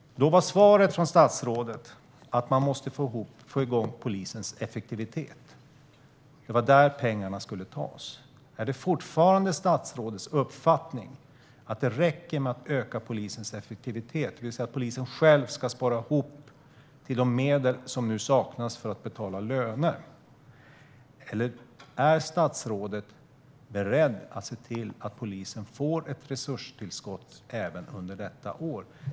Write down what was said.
Då var svaret från statsrådet att man måste få igång polisens effektivitet. Det var där pengarna skulle tas. Är det fortfarande statsrådets uppfattning att det räcker med att öka polisens effektivitet, det vill säga att polisen själv ska spara ihop de medel som nu saknas för att betala löner? Eller är statsrådet rädd för att se till att polisen får ett resurstillskott även under detta år?